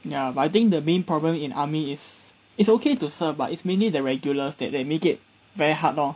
ya but I think the main problem in army is it's okay to serve but it's mainly the regulars that they make it very hard lor